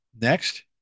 Next